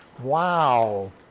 Wow